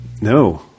No